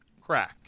crack